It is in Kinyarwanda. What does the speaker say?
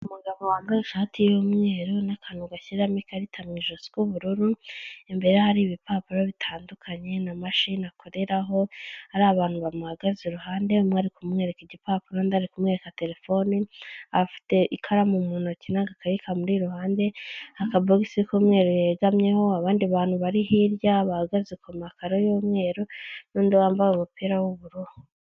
Umugabo wambaye ishati y'umweru n'akantu gashyiramo ikarita mu ijosi k'ubururu, imbere ye hari ibipapuro bitandukanye na mashine akoreraraho, hari abantu bamuhagaze iruhande, umwe ari kumwereka igipapuro, undi ari kumwereka telefoni, afite ikaramu mu ntoki n'agakayi kamuri iruhande, akabogisi k'umweru yegamyeho, abandi bantu bari hirya bahagaze ku makaro y'umweru n'undi wambaye umupira w'ubururu.